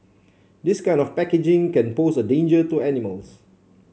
this kind of packaging can pose a danger to animals